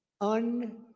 un